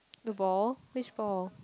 the ball which ball